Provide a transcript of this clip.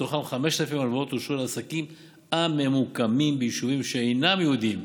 מתוכן כ-5,000 הלוואות אושרו לעסקים הממוקמים ביישובים שאינם יהודיים,